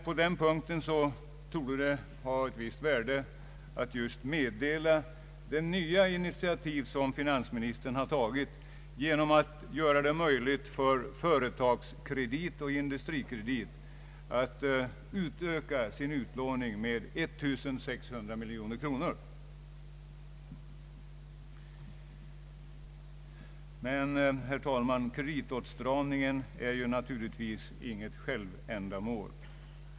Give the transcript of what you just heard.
På den punkten torde det ha ett visst värde att meddela de nya initiativ som finansministern har tagit genom att göra det möjligt för Företagskredit och Industrikredit att utöka sin utlåning med 1 600 miljoner kronor. Men, herr talman, kreditåtstramningen är naturligtvis inget självändamål.